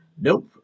Nope